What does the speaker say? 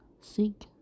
seek